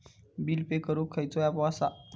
Bill pay करूक खैचो app असा?